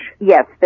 Yes